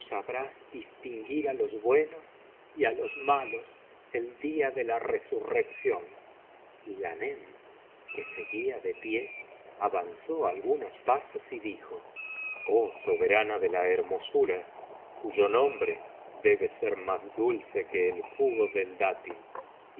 sabrás distinguir á los buenos y á los malos el día de la resurrección y ghanem que seguía de pie avanzó algunos pasos y dijo oh soberana de la hermosura cuyo nombre debe ser más dulce que el jugo del dátil y